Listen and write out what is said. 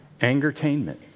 Angertainment